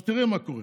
תראה מה קורה.